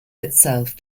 itself